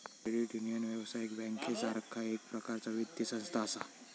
credit union, व्यावसायिक बँकेसारखा एक प्रकारचा वित्तीय संस्था असा